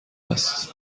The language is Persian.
است